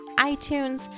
iTunes